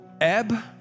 Ebb